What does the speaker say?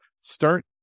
start